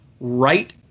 right